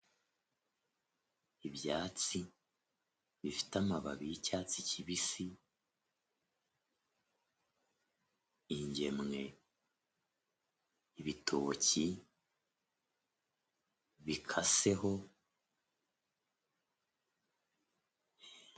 Ibyatsi bifite amababi y'icyatsi kibisi, ingemwe, ibitoki bikaseho,